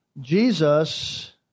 Jesus